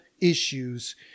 issues